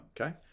Okay